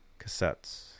cassettes